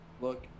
Look